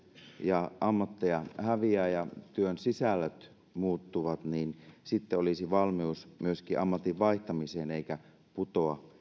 ja ammatteja häviää ja työn sisällöt muuttuvat niin sitten olisi valmius myöskin ammatin vaihtamiseen eikä putoaisi